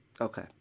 Okay